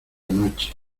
anoche